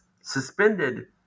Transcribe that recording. suspended